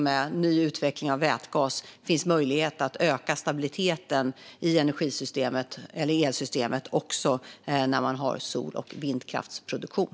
Med ny utveckling av vätgas finns också möjlighet att öka stabiliteten i elsystemet när man har sol och vindkraftsproduktion.